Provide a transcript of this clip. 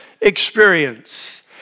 experience